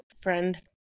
friend